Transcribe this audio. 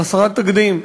חסרת תקדים,